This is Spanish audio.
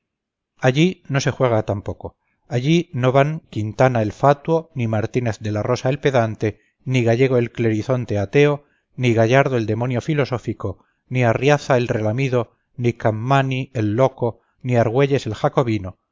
allí no se juega tampoco allí no van quintana el fatuo ni martínez de la rosa el pedante ni gallego el clerizonte ateo ni gallardo el demonio filosófico ni arriaza el relamido ni capmany el loco ni argüelles el jacobino